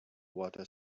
water